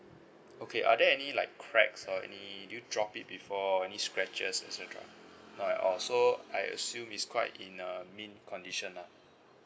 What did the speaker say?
okay are there any like cracks or any do you drop it before any scratches et cetera not at all so I assume it's quite in a condition lah